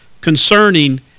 concerning